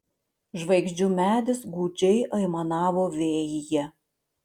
žvaigždžių medis gūdžiai aimanavo vėjyje